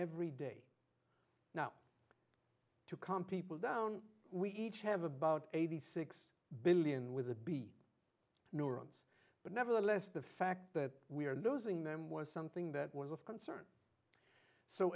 every day now to calm people down we each have about eighty six billion with a b neurons but nevertheless the fact that we are losing them was something that was of concern so